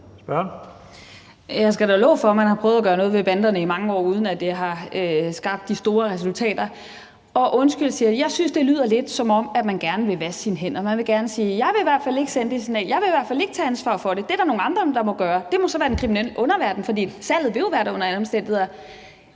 Jeg skal da love for, at man har prøvet at gøre noget ved banderne i mange år, uden at det har skabt de store resultater. Og undskyld, siger jeg, men jeg synes, det lyder lidt, som om man gerne vil vaske sine hænder og man gerne vil sige: Jeg vil i hvert fald ikke sende det signal, jeg vil i hvert fald ikke tage ansvar for det, det er der nogle andre der må gøre. Det må så være den kriminelle underverden, for salget vil jo være der under alle omstændigheder.